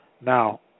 Now